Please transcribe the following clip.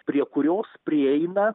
prie kurios prieina